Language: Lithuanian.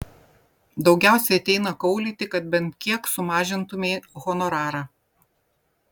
daugiausiai ateina kaulyti kad bent kiek sumažintumei honorarą